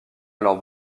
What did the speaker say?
alors